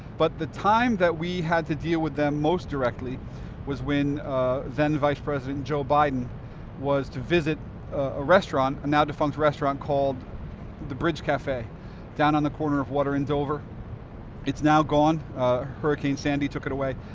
but, the time that we had to deal with them most directly was when then vice president joe biden was to visit ah a and now-defunct restaurant called the bridge cafe down on the corner of water and dover it's now gone hurricane sandy took it away.